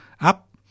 up